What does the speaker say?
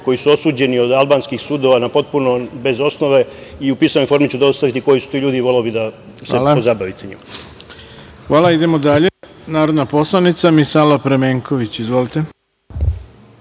koji su osuđeni od albanskih sudova potpuno bez osnove i u pisanoj formi ću dostaviti koji su to ljudi i voleo bih da se pozabavite njima. **Ivica Dačić** Hvala. Reč ima narodna poslanica Misala Pramenković. Izvolite.